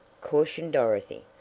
cautioned dorothy.